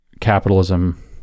capitalism